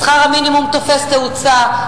שכר המינימום תופס תאוצה,